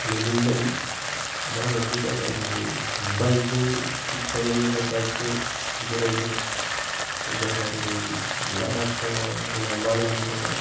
मोनै जायो भारतनि जायगा जेरै बाइक जों ट्रिप खालामनो बा बाइक जों बेरायनो जायगा जेरै लादाख दङ जोंना मानालि दङ'